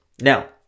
Now